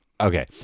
Okay